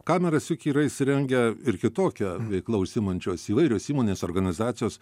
kameras juk yra įsirengę ir kitokia veikla užsiimančios įvairios įmonės organizacijos